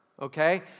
okay